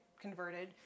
converted